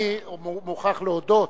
אני מוכרח להודות,